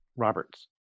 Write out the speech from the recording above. Roberts